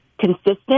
consistent